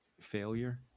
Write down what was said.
failure